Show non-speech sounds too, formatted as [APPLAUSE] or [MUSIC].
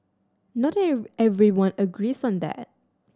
not [UNINTELLIGIBLE] everyone agrees on that